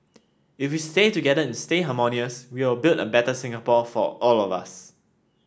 if we stay together and stay harmonious we will build a better Singapore for all of us